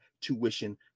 tuition